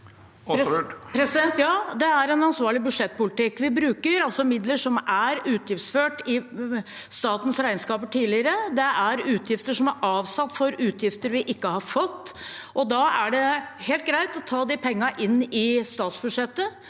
det er en ansvar- lig budsjettpolitikk. Vi bruker altså midler som er utgiftsført i statens regnskaper tidligere. Det er midler som er avsatt for utgifter vi ikke har fått, og da er det helt greit å ta de pengene inn i statsbudsjettet.